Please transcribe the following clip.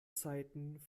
zeiten